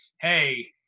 Hey